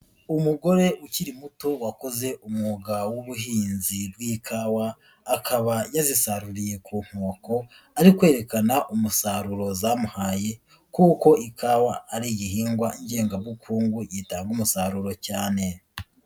Umugore ukiri muto wakoze umwuga w'ubuhinzi bw'ikawa akaba yazisaruriye ku nkoko, ari kwerekana umusaruro zamuhaye kuko ikawa ari igihingwa ngengabukungu gitanga umusaruro cyane.